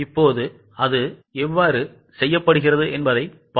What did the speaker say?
இப்போது அது எவ்வாறு செய்யப்படுகிறது என்பதைப் பார்ப்போம்